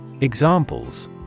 Examples